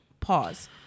Pause